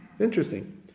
Interesting